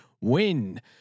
Win